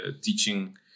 teaching